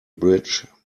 bridge